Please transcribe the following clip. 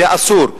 זה אסור.